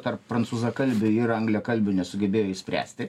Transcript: tarp prancūzakalbių ir angliakalbių nesugebėjo išspręsti